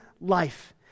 life